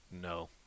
No